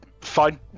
Fine